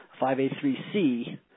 5A3C